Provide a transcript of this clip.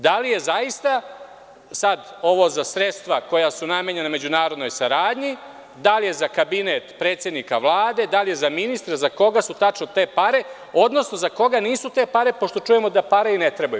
Da li je zaista sad ovo za sredstva koja su namenjena međunarodnoj saradnji, da li je za Kabinet predsednika Vlade, da li je za ministra, za koga su tačno te pare, odnosno za koga nisu te pare, pošto čujemo da pare i ne trebaju?